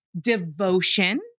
devotion